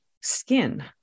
skin